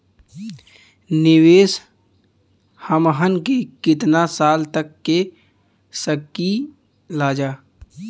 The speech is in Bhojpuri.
निवेश हमहन के कितना साल तक के सकीलाजा?